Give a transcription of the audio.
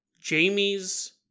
jamie's